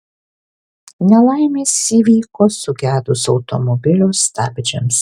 nelaimės įvyko sugedus automobilio stabdžiams